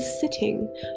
sitting